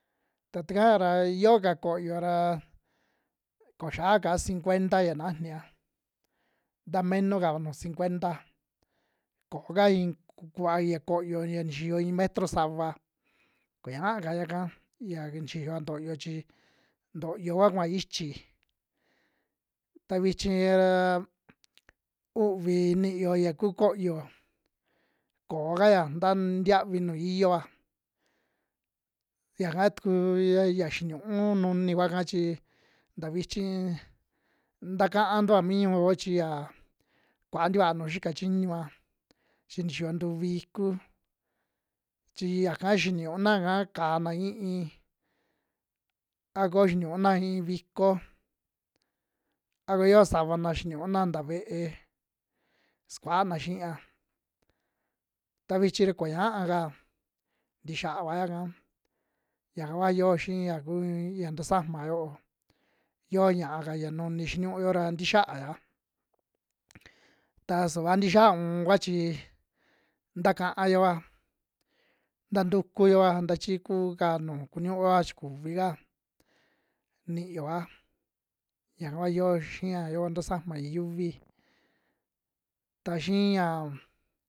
Ta takaa ra yooka koyo ra ko xaaka cincuenta ya najniya nta meno kava nuju cincuenta kooka iin kuva ya koyo ya nixiyo iin metro sava, kuñaa kaya'ka yia nixiyoa ntoyo chi, ntoyo kua kuaa ichi ta vichi ra uuvi niyo ya kuu koyo koo kaya nta ntiavi nu iyioa yaka tuku ya ya xinuun nuuni kua'ka chi nta vichi takantua mi ñu'uo chi ya kua ntikua nuju xikachiñua chi nixiyo ntuvi ikuu chi yaka xiniun na'ka kaana in'i, a ko xiniuna iin viko a ku yoo savana xinuuna nta ve'e sukuana xia, ta vichi ra kuñaaka ntixiava yaka, yaka kua yoo xii ya ku ya tasama yoo, yo'o ña'aka ya nuni xiniuo ra ntixiaya, ta suvia ntixiaa uun kua chi ntakaa yoa, nta ntukuyoa nta chi kuu ka nu kuniuoa chi kuvika niyoa yaka kua yoo xia yoo tusama ya yuvi, ta xia yaa.